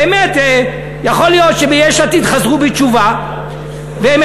באמת יכול להיות שביש עתיד חזרו בתשובה והם